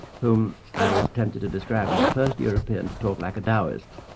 whom i was tempted to describe as the first european to talk like a taoist.